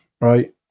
right